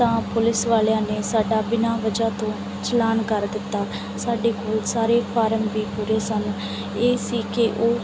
ਤਾਂ ਪੁਲਿਸ ਵਾਲਿਆਂ ਨੇ ਸਾਡਾ ਬਿਨਾ ਵਜ੍ਹਾ ਤੋਂ ਚਲਾਨ ਕਰ ਦਿੱਤਾ ਸਾਡੇ ਕੋਲ ਸਾਰੇ ਫਾਰਮ ਵੀ ਪੂਰੇ ਸਨ ਇਹ ਸੀ ਕਿ ਉਹ